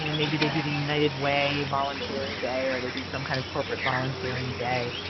you know maybe they do the united way volunteering day, or they do some kind of corporate volunteering day.